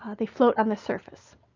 ah they float on the surface.